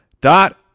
dot